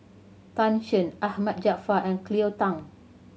Tan Shen Ahmad Jaafar and Cleo Thang